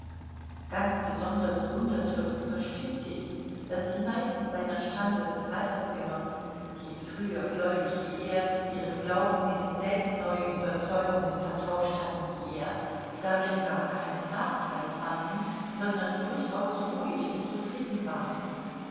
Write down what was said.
ganz besonders wunderte und verstimmte ihn daß die meisten seiner standes und altersgenossen die früher gläubig wie er ihren glauben mit denselben neuen überzeugungen vertauscht hatten wie er darin gar keinen nachteil fanden sondern durchaus ruhig und zufrieden waren